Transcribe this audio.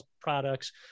products